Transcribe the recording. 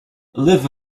live